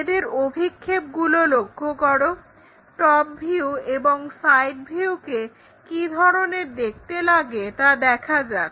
এদের অভিক্ষেপগুলোকে লক্ষ্য করো টপ ভিউ এবং সাইড ভিউকে কি ধরণের দেখতে লাগে তা দেখা যাক